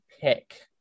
pick